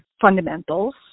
fundamentals